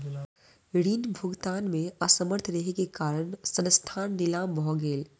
ऋण भुगतान में असमर्थ रहै के कारण संस्थान नीलाम भ गेलै